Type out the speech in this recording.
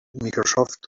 microsoft